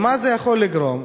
ומה זה יכול לגרום?